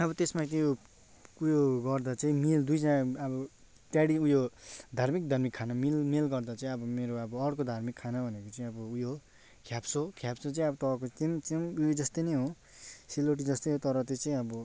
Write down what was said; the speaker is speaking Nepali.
अब त्यसमा त्यो उयो गर्दा चाहिँ मिल दुईजना अब तयारी उयो धार्मिक धार्मिक खाना मिल मेल गर्दा चाहिँ अब मेरो अब अर्को धार्मिक खाना भनेको चाहिँ अब उयो ख्याप्सो ख्याप्सो चाहिँ अब तपाईँको त्यो पनि त्यो पनि उयो जस्तो नै हो सेलरोटी जस्तै हो तर त्यो चाहिँ अब